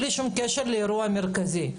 בלי שום קשר לאירוע המרכזי.